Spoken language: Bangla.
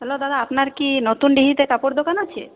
হ্যালো দাদা আপনার কি নতুনডিহিতে কাপড় দোকান আছে